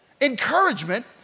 Encouragement